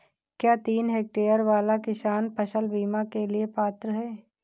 क्या तीन हेक्टेयर वाला किसान फसल बीमा के लिए पात्र हैं?